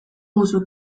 musu